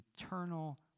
eternal